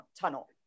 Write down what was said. tunnel